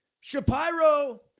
Shapiro